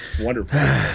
wonderful